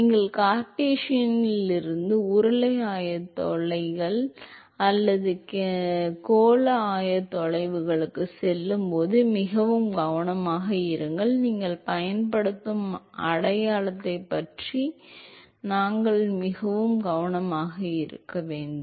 நீங்கள் கார்ட்டீசியனில் இருந்து உருளை ஆயத்தொலைவுகள் அல்லது கோள ஆயத்தொலைவுகளுக்குச் செல்லும்போது மிகவும் கவனமாக இருங்கள் நீங்கள் பயன்படுத்தும் அடையாளத்தைப் பற்றி நாங்கள் எப்போதும் மிகவும் கவனமாக இருக்க வேண்டும்